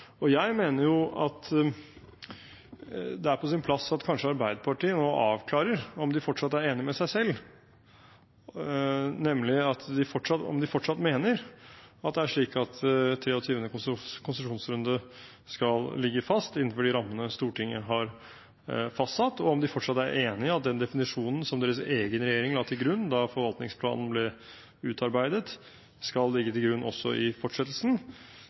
og jeg mener at det kanskje er på sin plass at Arbeiderpartiet nå avklarer om de fortsatt er enig med seg selv – om de fortsatt mener at det er slik at 23. konsesjonsrunde skal ligge fast innenfor de rammene Stortinget har fastsatt, om de fortsatt er enig i at den definisjonen som deres egen regjering la til grunn da forvaltningsplanen ble utarbeidet, skal ligge til grunn også i fortsettelsen,